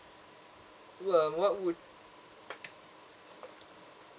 uh what would